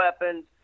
weapons